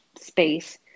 space